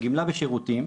גמלה בשירותים,